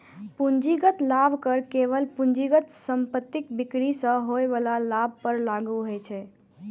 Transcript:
पूंजीगत लाभ कर केवल पूंजीगत संपत्तिक बिक्री सं होइ बला लाभ पर लागू होइ छै